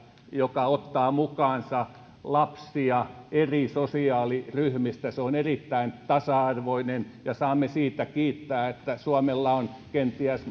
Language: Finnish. joka ottaa mukaansa lapsia eri sosiaaliryhmistä se on erittäin tasa arvoinen ja saamme siitä kiittää että suomella on kenties